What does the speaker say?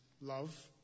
love